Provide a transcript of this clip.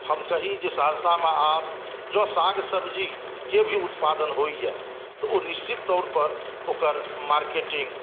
हम कही जे सहरसामे आब जँ साग सब्ज़ीके भी उत्पादन होइया तऽ ओ निश्चित तौर पर ओकर मार्केटिंग